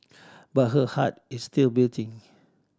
but her heart is still beating